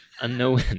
Unknown